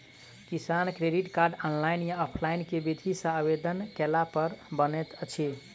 किसान credit card, online या offline केँ विधि सँ आवेदन कैला पर बनैत अछि?